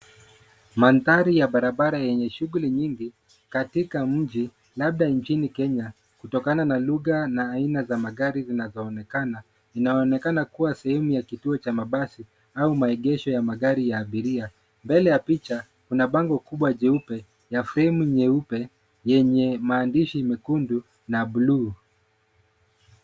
Mandhari ya barabara yenye shughuli nyingi, katika mji labda nchini Kenya kutokana na lugha na aina za magari zinazo onekana. Zinaoneka kuwa sehemu ya kituo cha mabasi au maegesho ya magari ya abiria. Mbele ya picha kuna bango kubwa jeupe ya na fremu nyeupe yenye maandishi mekundu na bluu.